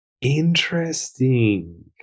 Interesting